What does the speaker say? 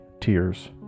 tears